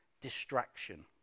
distraction